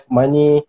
money